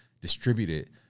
distributed